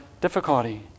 difficulty